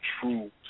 true